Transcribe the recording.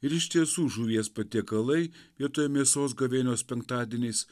ir iš tiesų žuvies patiekalai vietoj mėsos gavėnios penktadieniais